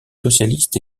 socialistes